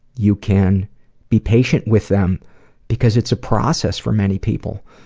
you can be patient with them because it's a process for many people.